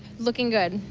looking good.